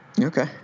Okay